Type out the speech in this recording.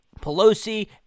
Pelosi